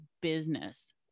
business